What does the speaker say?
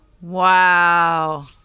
Wow